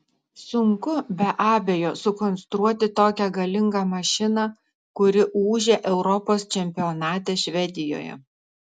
sunku be abejo sukonstruoti tokią galingą mašiną kuri ūžė europos čempionate švedijoje